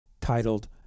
titled